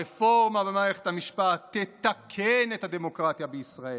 הרפורמה במערכת המשפט תתקן את הדמוקרטיה בישראל,